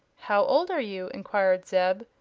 how old are you? enquired zeb,